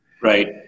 Right